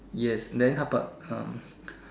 yes then how about uh